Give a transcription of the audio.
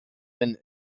been